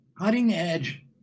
cutting-edge